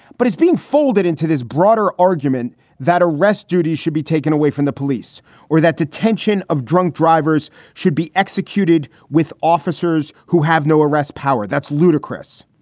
but it's being folded into this broader argument that arrest duties should be taken away from the police or that detention of drunk drivers should be executed with officers who have no arrest power. that's ludicrous.